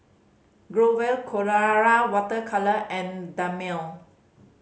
Growell Colora Water Colour and Dermale